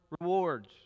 rewards